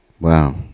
Wow